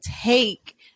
take